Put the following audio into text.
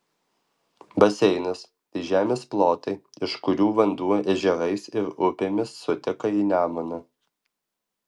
baseinas tai žemės plotai iš kurių vanduo ežerais ir upėmis suteka į nemuną